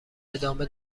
ادامه